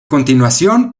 continuación